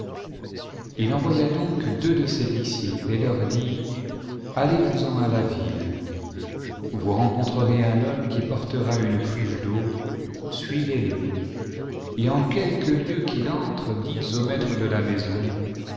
il envoya donc deux de ses disciples et leur dit allez-vous-en à la ville vous rencontrerez un homme qui portera une cruche d'eau suivez-le et en quelque lieu qu'il entre dites au maître de la maison